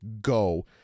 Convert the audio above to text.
go